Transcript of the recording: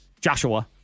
Joshua